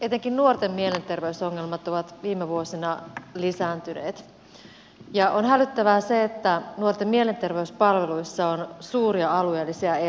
etenkin nuorten mielenterveysongelmat ovat viime vuosina lisääntyneet ja on hälyttävää se että nuorten mielenterveyspalveluissa on suuria alueellisia eroja